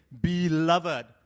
Beloved